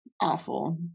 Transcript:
awful